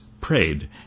prayed